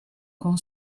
con